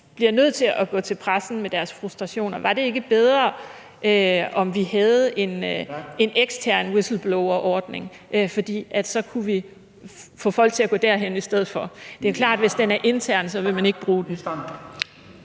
bliver nødt til at gå til pressen med deres frustrationer? Var det ikke bedre, om vi havde en ekstern whistleblowerordning, så vi kunne få folk til at gå derhen i stedet for? Det er klart, at hvis den er intern, vil man ikke bruge den.